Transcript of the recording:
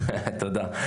תודה.